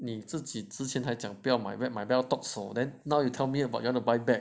你自己之前还讲不要买 bag 买 bag 会 tok 死我 now you tell me you wanna buy bag